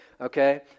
Okay